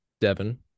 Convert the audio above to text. Devin